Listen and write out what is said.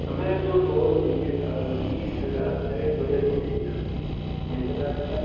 हमें जो फ़ोन चाहिए था बीस हज़ार के बजट में चाहिए था मिल जाएगा आपके पास